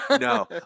no